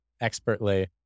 expertly